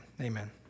amen